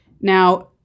Now